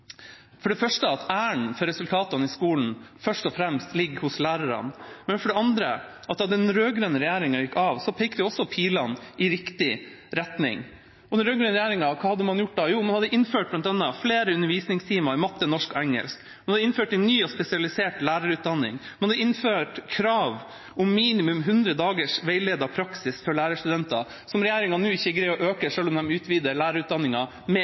for det første – at æren for resultatene i skolen først og fremst ligger hos lærerne. For det andre: Også da den rød-grønne regjeringa gikk av, pekte pilene i riktig retning. Hva hadde man gjort under den rød-grønne regjeringa? Man innførte bl.a. flere undervisningstimer i matte, norsk og engelsk. Man innførte en ny og spesialisert lærerutdanning. Man innførte krav om minimum 100 dagers veiledet praksis for lærerstudenter, som regjeringa nå ikke greier å øke, selv om de utvider lærerutdanningen med